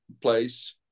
place